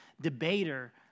debater